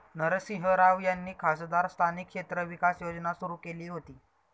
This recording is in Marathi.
नरसिंह राव यांनी खासदार स्थानिक क्षेत्र विकास योजना सुरू केली होती